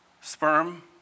sperm